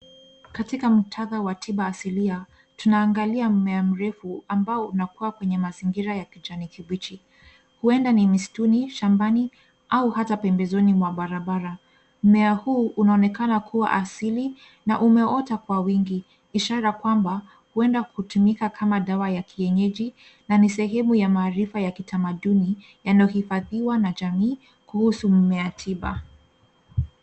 Katika muktadha wa tiba asilia tunaangalia mmea mrefu ambao unakua kwenye mazingira ya kijani kibichi huenda ni msituni, shambani au hata pembezoni mwa barabara. Mmea huu unaonekana kuwa asili na umeota kwa wingi ishara kwamba huenda hutumika kama dawa ya kienyeji na ni sehemu ya maarifa ya kitamaduni yanayohifadhiwa na jamii kuhusu mmea tiba.